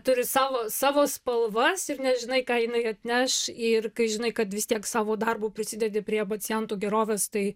turi savo savo spalvas ir nežinai ką jinai atneš ir kai žinai kad vis tiek savo darbu prisidedi prie pacientų gerovės tai